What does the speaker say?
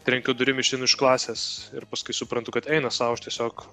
trenkiu durim išeinu iš klasės ir paskui suprantu kad eina sau aš tiesiog